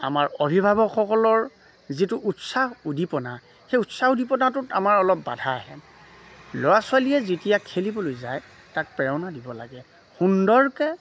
আমাৰ অভিভাৱকসকলৰ যিটো উৎসাহ উদীপনা সেই উৎসাহ উদীপনাটোত আমাৰ অলপ বাধা আহে ল'ৰা ছোৱালীয়ে যেতিয়া খেলিবলৈ যায় তাক প্ৰেৰণা দিব লাগে সুন্দৰকে